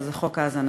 וזה חוק ההזנה